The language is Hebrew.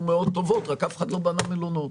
מאוד טובות אלא שאף אחד לא בנה מלונות.